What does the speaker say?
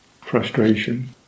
frustration